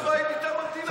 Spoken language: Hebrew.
יש לו בית מטעם המדינה.